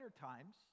times